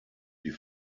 die